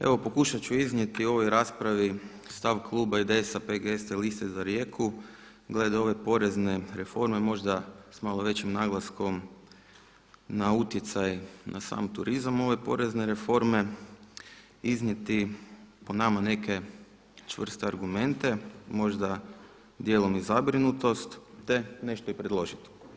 Evo pokušati ću iznijeti u ovoj raspravi stav kluba IDS-a, PGS-a i Liste za Rijeku, glede ove porezne reforme možda s malo većim naglaskom na utjecaj na sam turizam ove porezne reforme, iznijeti po nama neke čvrste argumente, možda dijelom i zabrinutost te nešto i predložiti.